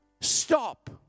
stop